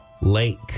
Lake